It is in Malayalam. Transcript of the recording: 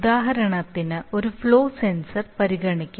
ഉദാഹരണത്തിന് ഒരു ഫ്ലോ സെൻസർ പരിഗണിക്കാം